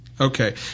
Okay